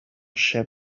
ship